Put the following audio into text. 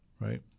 right